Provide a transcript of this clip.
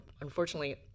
unfortunately